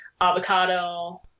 avocado